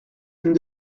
and